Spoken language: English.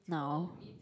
now